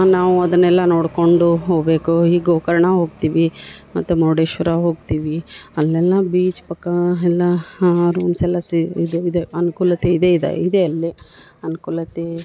ನಾವು ಅದನ್ನೆಲ್ಲ ನೋಡಿಕೊಂಡು ಹೋಗಬೇಕು ಈಗ ಗೋಕರ್ಣ ಹೋಗ್ತೀವಿ ಮತ್ತು ಮುರುಡೇಶ್ವರ ಹೋಗ್ತೀವಿ ಅಲ್ಲೆಲ್ಲ ಬೀಚ್ ಪಕ್ಕ ಎಲ್ಲ ರೂಮ್ಸ್ ಎಲ್ಲ ಸಿ ಇದು ಇದೆ ಅನುಕೂಲತೆ ಇದೆ ಇದೆ ಇದೆ ಅಲ್ಲಿ ಅನುಕೂಲತೆ